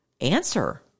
answer